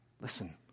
Listen